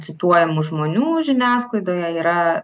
cituojamų žmonių žiniasklaidoje yra